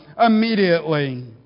immediately